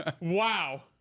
Wow